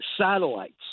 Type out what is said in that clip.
satellites